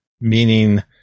meaning